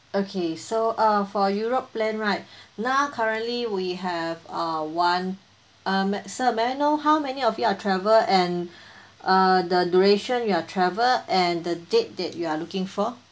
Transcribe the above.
okay so uh for europe plan right now currently we have uh one uh may sir may I know how many of you are travel and uh the duration you are travel and the date that you are looking for